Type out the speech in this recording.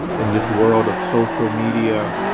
in this world of social media,